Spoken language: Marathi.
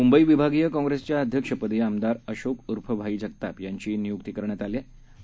मुंबईविभागीयकाँप्रेसच्याअध्यक्षपदीआमदारअशोकउर्फभाईजगतापयांचीनियुक्तीकरण्यातआलीआहे